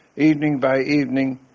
evening by evening,